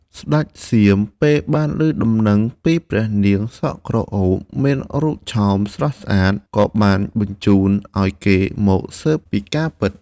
ស្តេចសៀមពេលបានឮដំណឹងពី ព្រះនាងសក់ក្រអូបមានរូបឆោមស្រស់ស្អាតក៏បានបញ្ជូនឱ្យគេមកស៊ើបពីការពិត។